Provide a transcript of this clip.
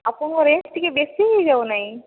ଆପଣଙ୍କ ରେଟ ଟିକେ ବେଶୀ ହୋଇଯାଉ ନାହିଁ